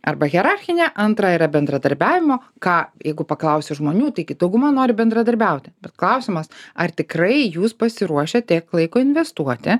arba hierarchinė antra yra bendradarbiavimo ką jeigu paklausi žmonių taigi dauguma nori bendradarbiauti bet klausimas ar tikrai jūs pasiruošę tiek laiko investuoti